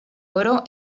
oro